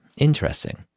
Interesting